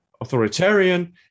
authoritarian